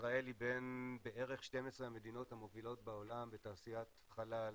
ישראל היא בין בערך 12 המדינות המובילות בעולם בתעשיית חלל צבאית,